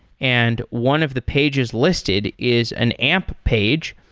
and one of the pages listed is an amp page,